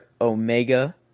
Omega